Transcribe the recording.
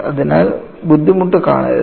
അതിനാൽ ബുദ്ധിമുട്ട് കാണരുത്